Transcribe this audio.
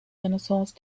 renaissance